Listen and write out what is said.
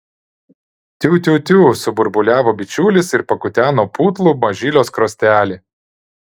tiu tiu tiu suburbuliavo bičiulis ir pakuteno putlų mažylio skruostelį